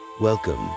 Welcome